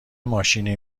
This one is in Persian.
ماشینی